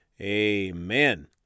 amen